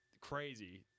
crazy